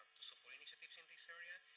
to support initiatives in this area,